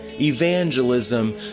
Evangelism